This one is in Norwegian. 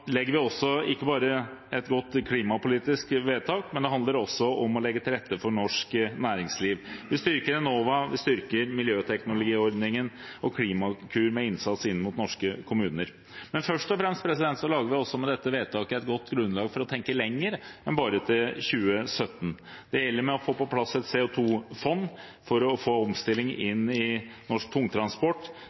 legger vi også med dette vedtaket et godt grunnlag for å tenke lenger enn bare til 2017. Det handler om å få på plass et CO 2 -fond for å få omstilling i norsk tungtransport,